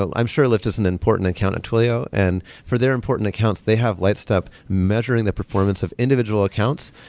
ah i'm sure lyft is an important account at twilio and for their important accounts, they have lightstep measuring the performance of individual accounts.